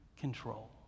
control